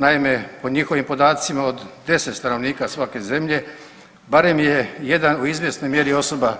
Naime, po njihovim podacima, od 10 stanovnika svake zemlje, barem je jedan u izvjesnoj mjeri osoba